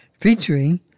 featuring